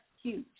huge